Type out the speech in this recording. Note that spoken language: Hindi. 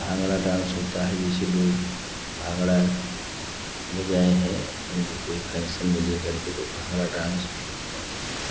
भांगड़ा डांस होता है जैसे लोग भांगड़ा में गए हैं अपने लोग कोई फंक्शन में ले करके तो भांगड़ा डांस भी होता है